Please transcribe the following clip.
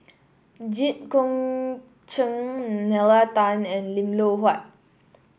Jit Koon Ch'ng Nalla Tan and Lim Loh Huat